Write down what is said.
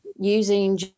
using